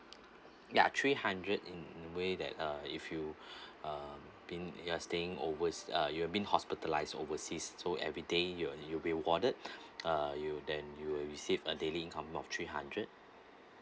ya three hundred in in a way that uh if you uh been you are staying overseas uh you are being hospitalized overseas so every day you you'll be rewarded uh you then you will receive a daily income of three hundred